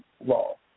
law